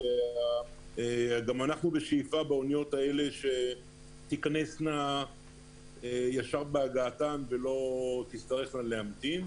גם אנחנו שואפים שהאוניות תיכנסנה ישר בהגעתן ולא תצטרכנה להמתין,